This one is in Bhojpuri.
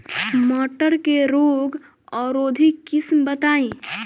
मटर के रोग अवरोधी किस्म बताई?